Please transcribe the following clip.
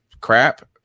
crap